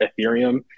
Ethereum